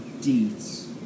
deeds